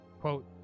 Quote